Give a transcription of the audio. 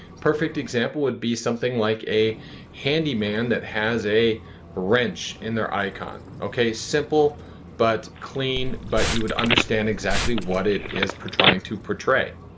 perfect example would be something like a handyman that has a wrench in their icon. simple but clean, but you would understand exactly what it is per trying to portray.